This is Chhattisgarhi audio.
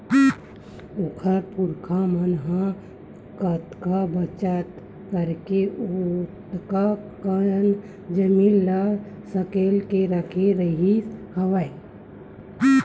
ओखर पुरखा मन ह कतका बचत करके ओतका कन जमीन ल सकेल के रखे रिहिस हवय